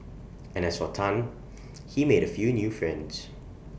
and as for Tan he made A few new friends